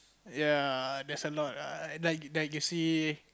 ya there's a lot lah like like you see